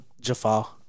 Jafar